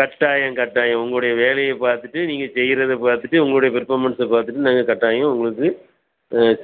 கட்டாயம் கட்டாயம் உங்களுடைய வேலையை பார்த்துட்டு நீங்கள் செய்கிறத பார்த்துட்டு உங்களுடைய பர்ஃபாமன்ஸை பார்த்துட்டு நாங்கள் கட்டாயம் உங்களுக்கு